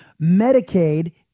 Medicaid